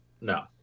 No